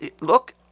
look